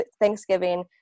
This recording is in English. Thanksgiving